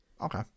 okay